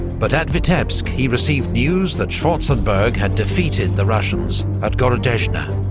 but at vitebsk he received news that schwarzenberg had defeated the russians at gorodeczna,